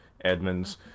Edmonds